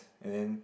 and then